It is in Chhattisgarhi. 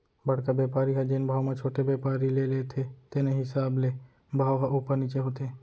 बड़का बेपारी ह जेन भाव म छोटे बेपारी ले लेथे तेने हिसाब ले भाव ह उपर नीचे होथे